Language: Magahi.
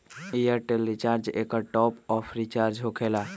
ऐयरटेल रिचार्ज एकर टॉप ऑफ़ रिचार्ज होकेला?